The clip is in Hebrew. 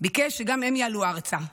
ביקש שגם הם יעלו ארצה.